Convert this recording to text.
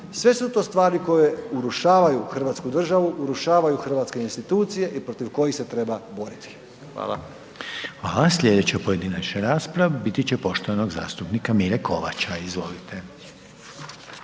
sve su to stvari koje urušavaju hrvatsku državu, urušavaju hrvatske institucije i protiv kojih se treba boriti. Hvala. **Reiner, Željko (HDZ)** Hvala. Slijedeća pojedinačna rasprava biti će poštovanog zastupnika Mire Kovača, izvolite.